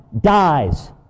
dies